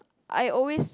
I always